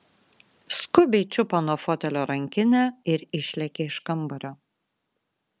skubiai čiupo nuo fotelio rankinę ir išlėkė iš kambario